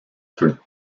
peu